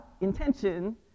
intention